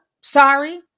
sorry